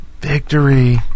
victory